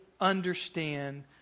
understand